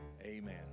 Amen